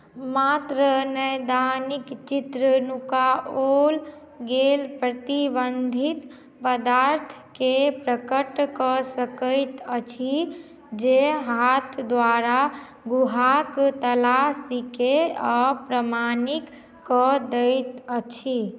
मात्र नैदानिक चित्र नुकाओल गेल प्रतिबन्धित पदार्थकेँ प्रकट कऽ सकैत अछि जे हाथ द्वारा गुहाक तलाशीकेँ अप्रमाणिक कऽ दैत अछि